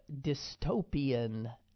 dystopian